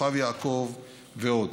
כוכב יעקב ועוד.